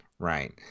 Right